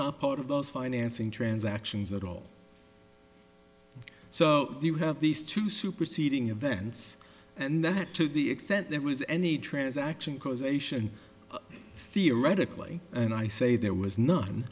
not part of those financing transactions at all so you have these two superseding events and that to the extent there was any transaction causation theoretically and i say there was no